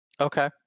okay